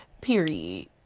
Period